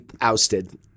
ousted